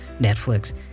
Netflix